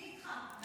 אני איתך.